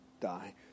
die